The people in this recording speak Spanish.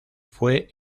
fue